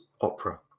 opera